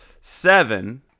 seven